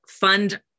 fund